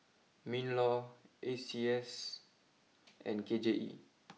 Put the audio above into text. Minlaw A C S I and K J E